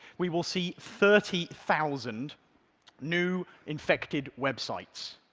we will see thirty thousand new infected websites.